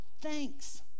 Thanks